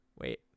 wait